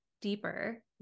deeper